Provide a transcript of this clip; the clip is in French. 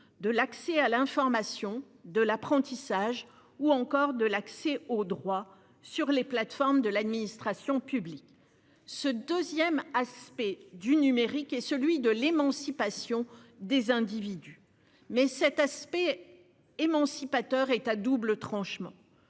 l'accès à l'information, l'apprentissage ou encore l'accès aux droits sur les plateformes de l'administration publique. Le numérique permet l'émancipation des individus, mais cet effet émancipateur est à double tranchant